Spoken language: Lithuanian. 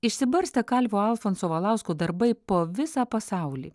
išsibarstę kalvio alfonso valausko darbai po visą pasaulį